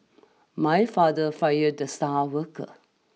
my father fired the star worker